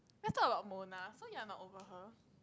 you want to talk about Mona so you are not over her